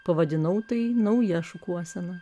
pavadinau tai nauja šukuosena